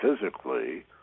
physically